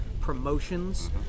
promotions